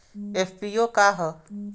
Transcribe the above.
FPO का ह?